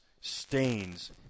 stains